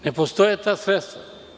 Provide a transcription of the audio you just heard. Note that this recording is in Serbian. Ne postoje ta sredstva.